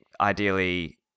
ideally